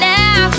now